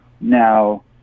now